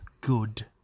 Good